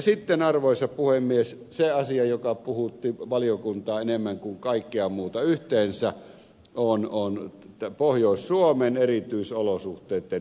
sitten arvoisa puhemies se asia joka puhutti valiokuntaa enemmän kuin kaikki muu yhteensä on pohjois suomen erityisolosuhteitten huomioon ottaminen